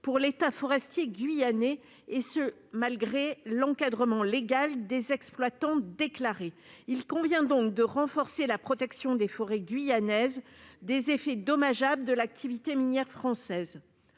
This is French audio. pour l'état forestier guyanais, malgré l'encadrement légal des exploitants déclarés. Il convient donc de renforcer la protection des forêts guyanaises contre les effets dommageables de l'activité minière française.